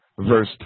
verse